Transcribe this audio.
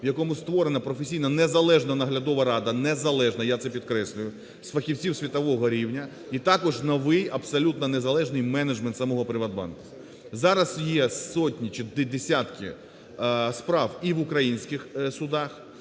в якому створена професійна незалежна наглядова рада. Незалежна, я це підкреслюю, з фахівців світового рівня і також новий абсолютно незалежний менеджмент самого "ПриватБанку". Зараз є сотні чи десятки справ і в українських судах,